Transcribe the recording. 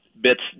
bits